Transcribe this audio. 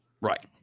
Right